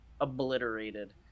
obliterated